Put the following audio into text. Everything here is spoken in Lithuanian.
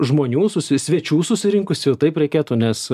žmonių susi svečių susirinkusių taip reikėtų nes